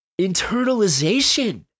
internalization